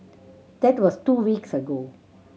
that was two weeks ago